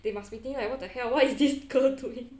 they must be thinking like what the hell what is this girl doing